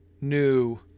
new